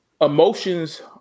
emotions